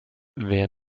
wer